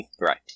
right